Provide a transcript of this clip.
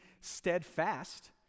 steadfast